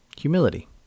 Humility